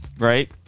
Right